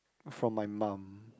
from my mum